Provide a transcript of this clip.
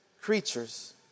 creatures